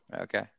Okay